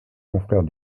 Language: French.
confrères